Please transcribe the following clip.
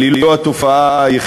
אבל היא לא התופעה היחידה.